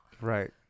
Right